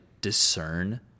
discern